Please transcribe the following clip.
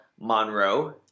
Monroe